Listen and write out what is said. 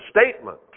statement